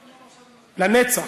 לנצח.